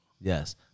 Yes